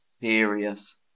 serious